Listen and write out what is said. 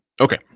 Okay